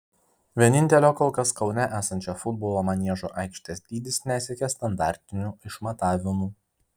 vienintelio kol kas kaune esančio futbolo maniežo aikštės dydis nesiekia standartinių išmatavimų